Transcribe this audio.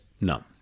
no